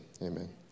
amen